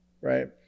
right